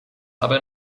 aber